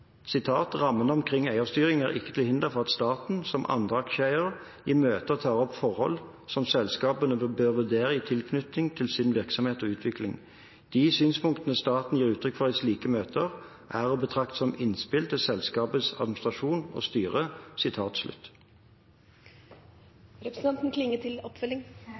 omkring eierstyring er ikke til hinder for at staten, som andre aksjeeiere, i møter tar opp forhold som selskapene bør vurdere i tilknytning til sin virksomhet og utvikling. De synspunkter staten gir uttrykk for i slike møter, er å betrakte som innspill til selskapets administrasjon og styre.»